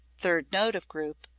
third note of group,